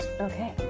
Okay